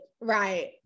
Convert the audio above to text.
right